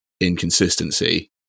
inconsistency